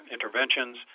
interventions